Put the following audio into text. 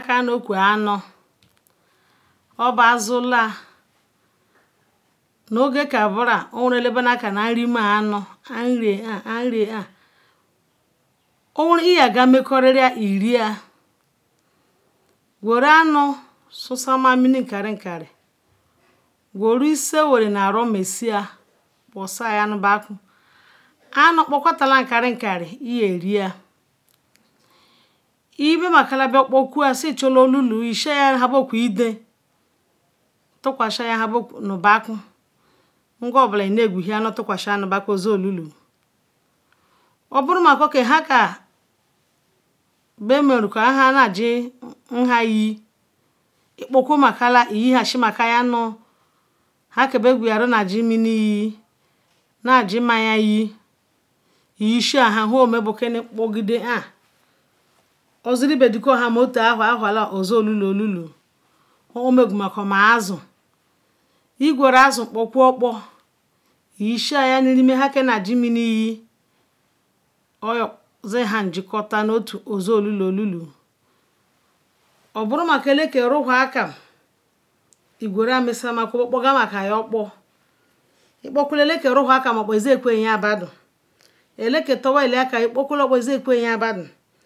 Nhan anaka bunu nde na chi ochi sinu ochiaochi lala nde weren ogun chineke lele a chineke quan donak yabu chichi nga ina chiochi sinu chen nu ichen iyamarun nu ele yin na chi zil rijiro wor nuvoma yezil na mein baru hun ba yezi na shine ing gga ihimaba obobi di isinu ochi chi imama nham elechiga nu hun ama nuoge nbu abag anusi nu bu five thousand ngwu rakpa isin ogwu rapal iwai larul yobo la nu zuyali nari ihuna yinbola ngam ruhum nu soi rumu rumu yo bula nu vanyin odogoro nu akua yin vonyinlila iyo zoya aasin garri akpasinu rirakpa iwai five hundred bet la ogaru zen tan la nu chiochi gwurulam dohasi kwa be chizumen nu owaren nde sunu azun bechu zumei nu oweren rumuchi neke ke kwuru beta ka nu yin bula yesil na rejurowhon bet ka rumu owa zuma na rejiruwhor han ke bokkwa arusi ohan elabadu zoma nu nu zoyali garri ke zunu akwu bu han badou zonuzoyali garri ke zunu akwu bu han badou zonuzoyali